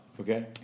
Okay